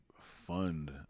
fund